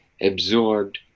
absorbed